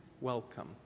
welcome